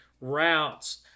routes